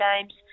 games